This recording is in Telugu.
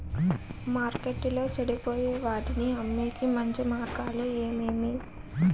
మార్కెట్టులో చెడిపోయే వాటిని అమ్మేకి మంచి మార్గాలు ఏమేమి